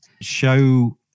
show